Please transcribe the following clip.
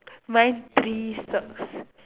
mine three socks